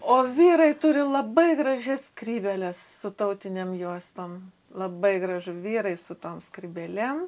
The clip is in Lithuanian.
o vyrai turi labai gražias skrybėles su tautinėm juostom labai gražu vyrai su tom skrybėlėm